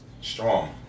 Strong